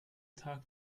tag